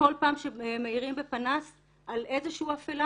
כל פעם שמאירים בפנס על איזושהי אפלה,